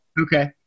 okay